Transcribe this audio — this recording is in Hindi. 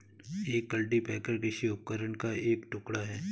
एक कल्टीपैकर कृषि उपकरण का एक टुकड़ा है